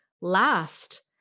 last